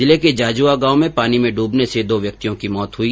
जिले के जाजुआ गांव में पानी में डूबने से दो व्यक्तियों की मृत्यू हो गई